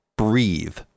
Breathe